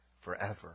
forever